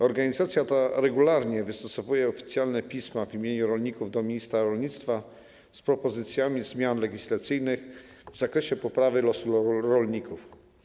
Organizacja ta regularnie wystosowuje oficjalne pisma w imieniu rolników do ministra rolnictwa z propozycjami zmian legislacyjnych w zakresie poprawy losu rolników.